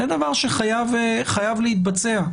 זה דבר שחייב להתבצע.